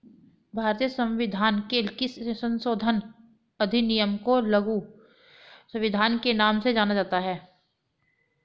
भारतीय संविधान के किस संशोधन अधिनियम को लघु संविधान के नाम से जाना जाता है?